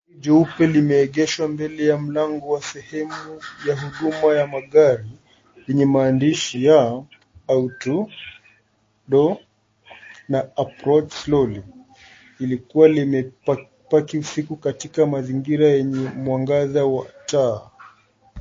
Jeupe limeegeshwa mbele ya sehemu ya huduma za magari lenye maandishi ya [cs ] auto door[cs ] na[cs ] approach slowly [cs ] likiwa limeoaki usiku katika mazingira yenye mwangaza wa taa.